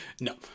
No